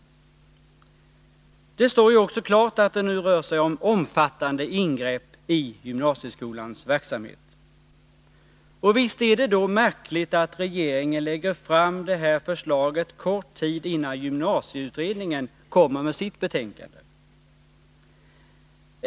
Det står ju också klart, att det nu rör sig om omfattande ingrepp i gymnasieskolans verksamhet. Och visst är det då märkligt att regeringen lägger fram de här förslagen kort tid innan gymnasieutredningen kommer med sitt betänkande.